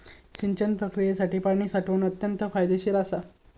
सिंचन प्रक्रियेसाठी पाणी साठवण अत्यंत फायदेशीर असा